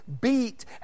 beat